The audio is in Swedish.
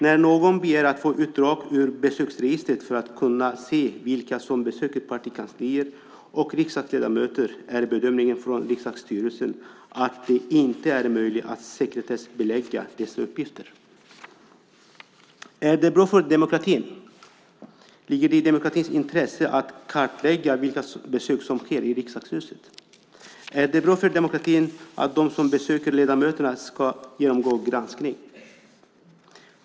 När någon begär att få utdrag ur besöksregistret för att kunna se vilka som besöker partikanslier och riksdagsledamöter är bedömningen från riksdagsstyrelsen att det inte är möjligt att sekretessbelägga dessa uppgifter. Är det bra för demokratin? Ligger det i demokratins intresse att kartlägga vilka besök som sker i riksdagshuset? Är det bra för demokratin att de som besöker ledamöterna ska genomgå granskning?